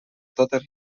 totes